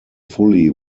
fully